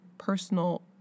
personal